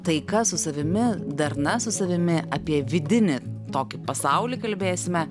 taika su savimi darna su savimi apie vidinį tokį pasaulį kalbėsime